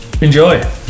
Enjoy